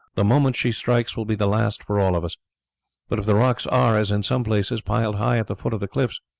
the moment she strikes will be the last for all of us but if the rocks are, as in some places, piled high at the foot of the cliffs,